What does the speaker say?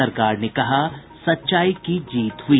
सरकार ने कहा सच्चाई की जीत हुई